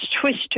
twisted